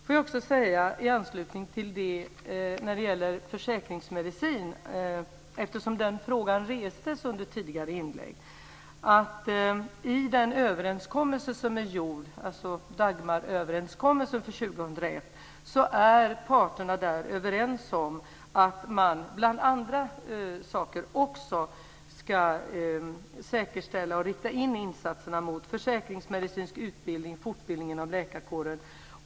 Får jag också säga något när det gäller försäkringsmedicin, eftersom den frågan restes under tidigare inlägg. I den överenskommelse som är gjord - Dagmaröverenskommelsen för 2001 - är parterna överens om att man bland andra saker även ska rikta in insatserna på försäkringsmedicinsk utbildning, fortbildning av läkarkåren.